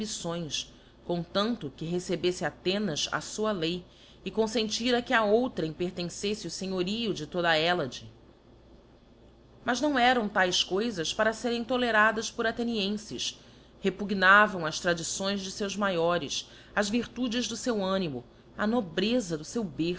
ambições comtanto que recebeffe athenas a fua lei e confentira que a outrem pertenceífe o fenhorio de toda a elade mas não eram taes coifas para ferem toleradas por vtíicnienfes repugnavam ás tradições de feus maiores á s virtudes do feu animo á nobreza do feu berço